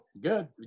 good